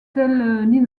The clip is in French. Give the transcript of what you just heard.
telle